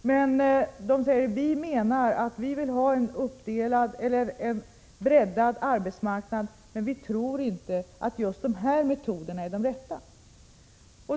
De sade att ”vi menar att vi vill ha en breddad arbetsmarknad, men vi tror inte att just de här metoderna är de rätta”.